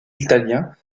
italien